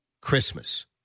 Christmas